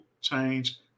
change